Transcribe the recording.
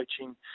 coaching